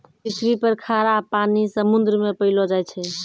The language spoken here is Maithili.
पृथ्वी पर खारा पानी समुन्द्र मे पैलो जाय छै